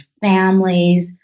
families